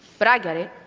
but i get it,